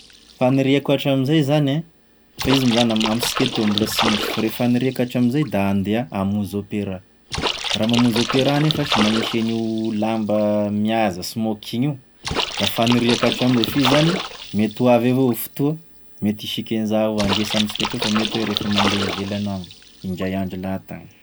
Faniriako hatram'izay zany e, fa izy moa zany amisika eto mbola sy misy fa le faniriako atramzay da andeha hamonzy opéra, raha mamonzy opéra nefa sy magnishy an'io lamba mihaza smoking io, da faniriako hatramzay, f'izy zany mety ho avy avao fotoa mety hisiky an'izao avao ndre sy amisika atoa fa mety hoe rehefa mande ivelan'agny, indray andro lahatagny.